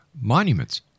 monuments